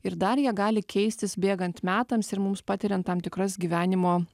ir dar jie gali keistis bėgant metams ir mums patiriant tam tikras gyvenimo